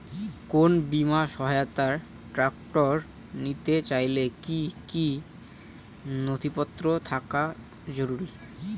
কোন বিমার সহায়তায় ট্রাক্টর নিতে চাইলে কী কী নথিপত্র থাকা জরুরি?